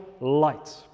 light